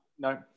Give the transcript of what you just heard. no